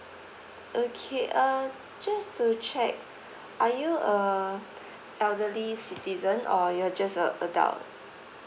okay uh just to check are you a elderly citizen or you're just a adult